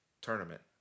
tournament